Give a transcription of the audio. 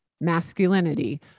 masculinity